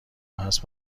هست